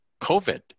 COVID